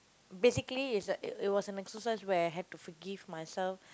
basically it's a it it was an exercise where I had to forgive myself